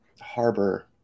harbor